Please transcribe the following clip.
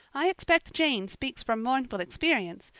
i expect jane speaks from mournful experience,